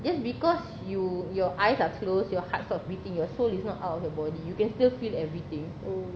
just because you your eyes are closed your heart stops beating your soul is not out of the body you can still feel everything